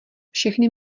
všechny